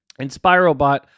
InspiroBot